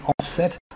offset